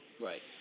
Right